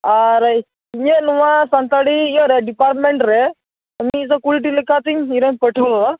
ᱟᱨ ᱤᱧᱟᱹᱜ ᱱᱚᱣᱟ ᱥᱟᱱᱛᱟᱲᱤ ᱤᱭᱟᱹᱨᱮ ᱰᱤᱯᱟᱨᱢᱮᱱᱴ ᱨᱮ ᱢᱤᱫᱥᱚ ᱠᱩᱲᱤᱴᱤ ᱞᱮᱠᱟᱛᱤᱧ ᱤᱧᱨᱮᱱ ᱯᱟᱹᱴᱷᱩᱭᱟᱹ